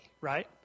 right